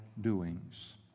doings